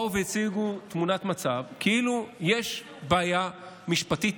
באו והציגו תמונת מצב כאילו יש בעיה משפטית.